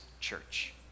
church